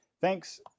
Thanks